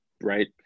right